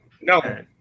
no